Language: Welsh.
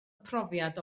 profiad